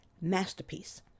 masterpiece